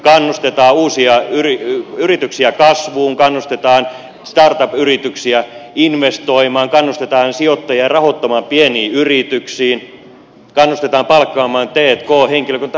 kannustetaan uusia yrityksiä kasvuun kannustetaan start up yrityksiä investoimaan kannustetaan sijoittajia rahoittamaan pieniin yrityksiin kannustetaan palkkaamaan t k henkilökuntaa